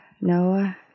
Noah